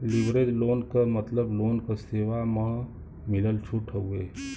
leverage loan क मतलब loan क सेवा म मिलल छूट हउवे